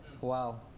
Wow